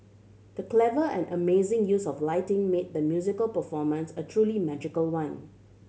the clever and amazing use of lighting made the musical performance a truly magical one